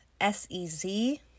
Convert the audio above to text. S-E-Z